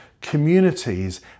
communities